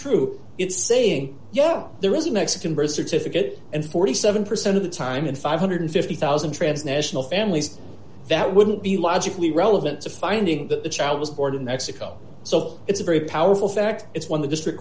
true it's saying yes there is a mexican birth certificate and forty seven percent of the time in five hundred and fifty thousand dollars transnational families that wouldn't be logically relevant to finding that the child was born in mexico so it's a very powerful fact it's one the district